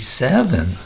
seven